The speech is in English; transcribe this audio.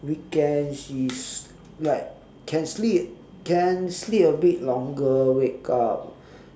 weekend it's like can sleep can sleep a bit longer wake up